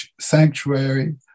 sanctuary